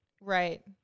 Right